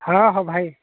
ହଁ ହଁ ଭାଇ